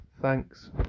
Thanks